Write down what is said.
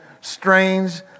strange